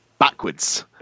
Backwards